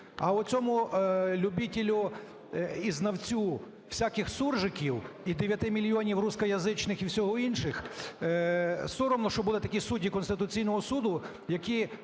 А оцьомулюбітєлю і знавцю всяких суржиків і дев'яти мільйонів рускоязичних і всіх інших, соромно, що будуть такі судді Конституційного Суду, які